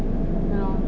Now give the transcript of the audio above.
K lor